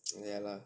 ya lah